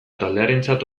taldearentzat